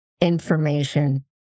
information